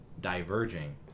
diverging